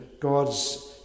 God's